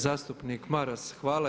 Zastupnik Maras hvala.